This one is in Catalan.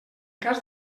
cas